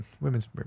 women's